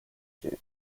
jew